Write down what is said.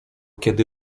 kiedy